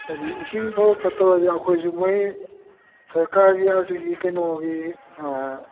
ꯍꯥꯏꯗꯤ ꯏꯁꯤꯡ ꯐꯕ ꯐꯠꯇꯕꯗꯨꯗꯤ ꯑꯩꯈꯣꯏꯁꯨ ꯃꯣꯏ ꯁꯔꯀꯥꯔꯒꯤ ꯑꯁꯤꯒꯤ ꯀꯩꯅꯣꯒꯤ